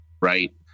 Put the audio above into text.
right